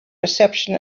reception